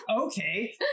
Okay